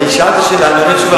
שאלת שאלה, אני עונה תשובה.